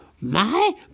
My